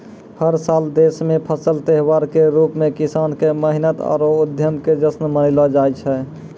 हर साल देश मॅ फसल त्योहार के रूप मॅ किसान के मेहनत आरो उद्यम के जश्न मनैलो जाय छै